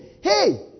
Hey